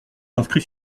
inscrits